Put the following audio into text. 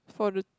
for the